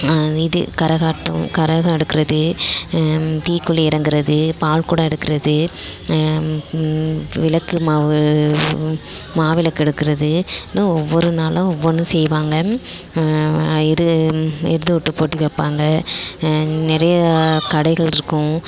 இது கரகாட்டம் கரகம் எடுக்கிறது தீக்குழி இறங்குறது பால்குடம் எடுக்கிறது விளக்கு மாவு மாவிளக்கு எடுக்கிறதுன்னு ஒவ்வொரு நாளும் ஒவ்வொன்று செய்வாங்க இது போட்டி வைப்பாங்க நிறைய கடைகள் இருக்கும்